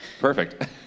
Perfect